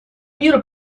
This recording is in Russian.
мира